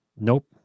nope